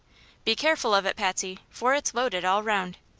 be careful of it, patsy, for it's loaded all round.